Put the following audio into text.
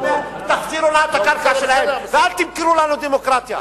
אומר: תחזירו את הקרקע שלהם ואל תמכרו לנו דמוקרטיה.